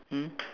mm